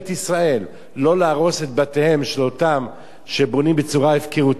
ישראל לא להרוס את בתיהם של אותם אלה שבונים בצורה הפקרותית,